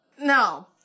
No